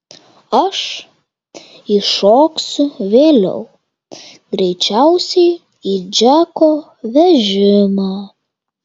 aš įšoksiu vėliau greičiausiai į džeko vežimą